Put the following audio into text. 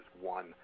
one